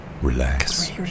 relax